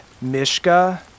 Mishka